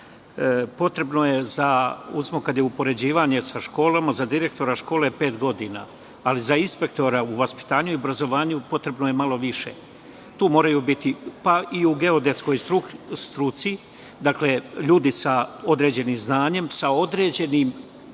potrebno je, kada je upoređivanje sa školama, za direktora škole pet godina, ali za inspektora u vaspitanju i obrazovanju potrebno je malo više, pa i u geodetskoj struci. Dakle, ljudi sa određenim znanjem, sa određenim